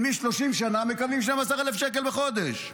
כי מ-30 שנה מקבלים 12,000 שקל בחודש.